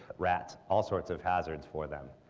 rats, all sorts of hazards for them.